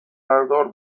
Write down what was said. بردار